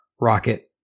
Rocket